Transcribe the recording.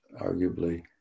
arguably